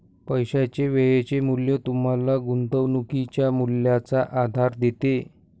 पैशाचे वेळेचे मूल्य तुम्हाला गुंतवणुकीच्या मूल्याचा आधार देते